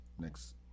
next